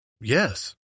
Yes